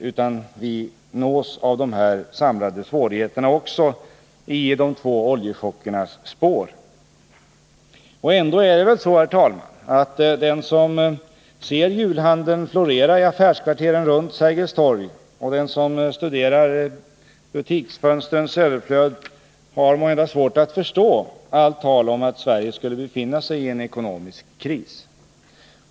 Även vi nås av dessa samlade svårigheter i de två oljechockernas spår. Herr talman! Den som ser julhandeln florera i affärskvarteren runt Sergels Torg och den som studerar butiksfönstrens överflöd har måhända svårt att förstå allt tal om att Sverige skulle befinna sig i en ekonomisk kris.